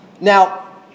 Now